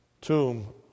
tomb